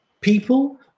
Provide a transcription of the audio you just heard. people